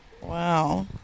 Wow